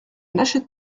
n’achètent